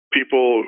people